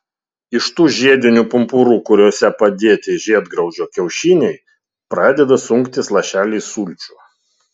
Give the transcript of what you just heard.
iš tų žiedinių pumpurų kuriuose padėti žiedgraužio kiaušiniai pradeda sunktis lašeliai sulčių